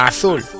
Azul